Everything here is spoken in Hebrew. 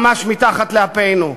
ממש מתחת לאפנו?